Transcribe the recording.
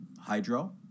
Hydro